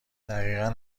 دقیقا